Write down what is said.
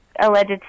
alleged